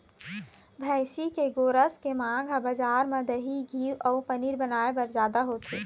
भइसी के गोरस के मांग ह बजार म दही, घींव अउ पनीर बनाए बर जादा होथे